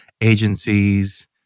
agencies